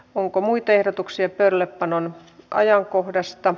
onko muita ehdotuksia pöydällepanon ajankohdastan